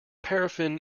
paraffin